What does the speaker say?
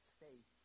faith